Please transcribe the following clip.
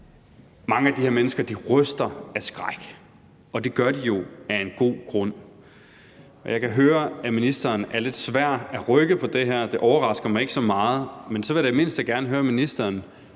Mange af de her mennesker ryster af skræk, og det gør de jo af en god grund. Jeg kan høre, at ministeren er lidt svær at rykke på det her. Det overrasker mig ikke så meget, men så vil jeg da i det mindste gerne høre ministeren: